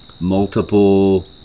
multiple